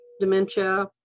dementia